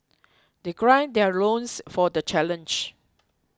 they gird their loins for the challenge